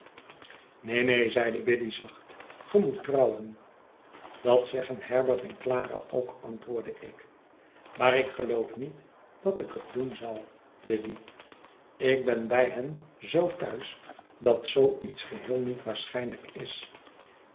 neen neen zeide biddy zacht ge moet trouwen dat zeggen herbert en clara ook antwoordde ik maar ik geloof niet dat ik net doen zal biddy ik ben bij hen zoo thuis dat zoo iets geheel niet waarschijnlijk is